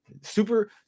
Super